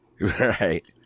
Right